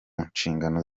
nshingano